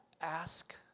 ask